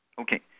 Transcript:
Okay